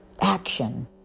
action